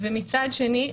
ומצד שני,